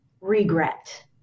regret